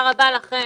ננעלה בשעה